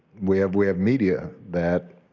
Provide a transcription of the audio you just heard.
we have we have media that